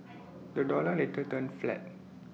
the dollar later turned flat